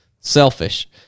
selfish